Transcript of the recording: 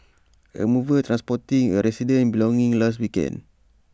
A mover transporting A resident's belongings last weekend